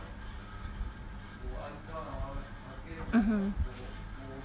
uh hmm